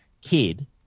kid